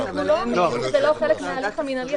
אנחנו לא אומרים שזה לא חלק מההליך המינהלי התקין,